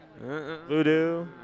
Voodoo